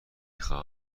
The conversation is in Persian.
خواهم